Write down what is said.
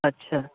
अच्छा